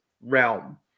realm